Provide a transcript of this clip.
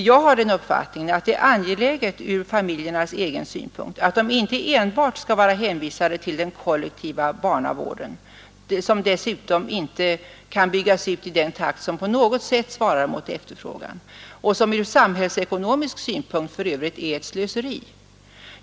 Jag har den uppfattningen att det är angeläget ur familjernas egen synpunkt att de inte enbart skall vara hänvisade till den kollektiva barnavården, som dessutom inte kan byggas ut i en takt som på något sätt svarar mot efterfrågan och som ur samhällsekonomisk synpunkt för övrigt är slöseri.